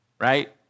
right